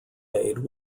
aid